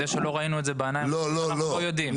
זה שלא ראינו את זה בעיניים זה לא אומר שאנחנו לא יודעים.